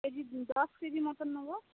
দশ কেজি মতো নেবো